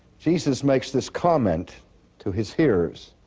jesus makes this comment to his hearers.